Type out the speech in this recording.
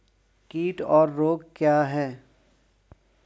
कीट और रोग क्या हैं?